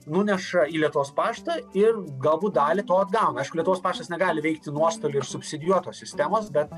nuneša į lietuvos paštą ir galbūt dalį to atgauna aišku lietuvos paštas negali veikti nuostolių ir subsidijuotos sistemos bet